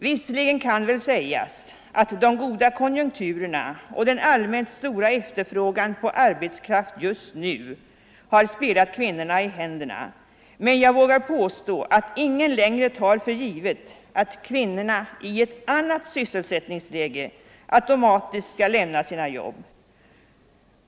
Visserligen kan väl sägas att de goda konjunkturerna och den allmänt stora efterfrågan på arbetskraft just nu har spelat kvinnorna i händerna, men jag vågar påstå att ingen längre tar för givet att kvinnorna i ett annat sysselsättningsläge automatiskt skall lämna sina jobb.